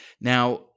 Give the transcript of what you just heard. Now